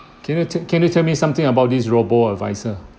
can you tell can you tell me something about this robo advisor